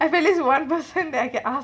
I have at least one person that I can ask